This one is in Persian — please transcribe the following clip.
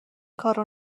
کارو